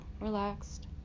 relaxed